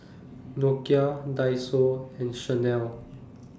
Nokia Daiso and Chanel